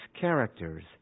characters